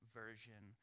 version